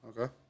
Okay